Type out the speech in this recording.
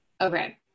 okay